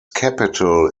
capital